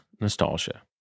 Nostalgia